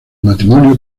matrimonio